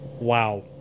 wow